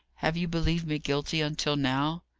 have you believed me guilty until now?